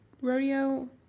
rodeo